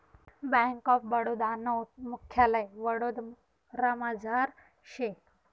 bank of Baroda नं मुख्यालय वडोदरामझार शे